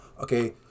Okay